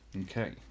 Okay